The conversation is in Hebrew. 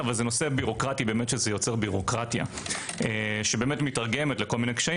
אבל זה נושא בירוקרטי שזה יוצר בירוקרטיה שמיתגרמת לכל מיני קשיים